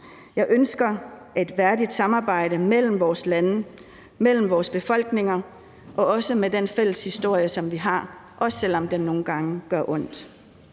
Jeg ønsker et værdigt samarbejde mellem vores lande, mellem vores befolkninger, også med den fælles historie, som vi har, også selv om den nogle gange gør ondt.